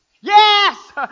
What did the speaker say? Yes